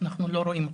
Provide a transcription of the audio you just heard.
שומע אותנו?